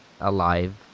alive